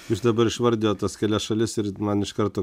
jūs dabar išvardijot tas kelias šalis ir man iš karto